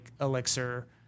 elixir